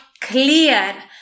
clear